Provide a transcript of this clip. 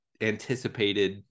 anticipated